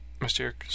Mysterious